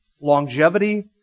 longevity